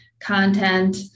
content